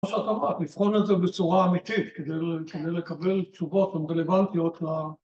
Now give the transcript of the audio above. מה שאת אמרת, לבחון את זה בצורה אמיתית כדי לקבל תשובות רלוונטיות